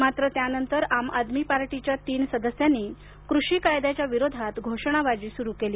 मात्र त्यानंतर आम आदमी पार्टीच्या तीन सदस्यांनी कृषी कायद्याच्या विरोधात घोषणाबाजी सुरू केली